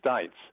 States